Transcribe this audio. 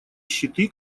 щиты